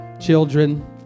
children